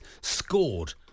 scored